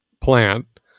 plant